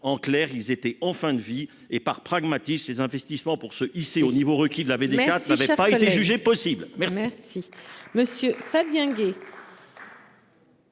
réacteurs étaient en fin de vie et, par pragmatisme, les investissements pour se hisser au niveau requis pour la VD4 n'avaient pas été jugés possibles. La